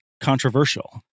controversial